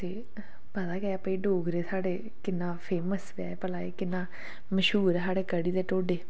ते पता गै है भाई डोगरे साढ़ किन्ना फेमस ऐ भला ऐ किन्ना मश्हूर ऐ साढ़े कढ़ी ते ढोडे